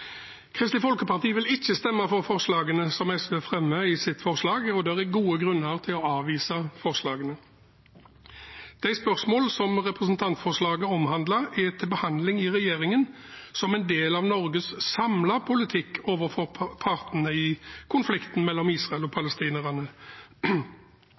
Kristelig Folkeparti vil ikke stemme for forslagene som SV fremmer i sitt forslag, og det er gode grunner til å avvise forslagene. De spørsmål som representantforslaget omhandler, er til behandling i regjeringen som en del av Norges samlede politikk overfor partene i konflikten mellom Israel og